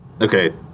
okay